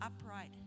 upright